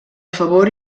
favor